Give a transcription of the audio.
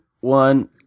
one